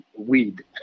Weed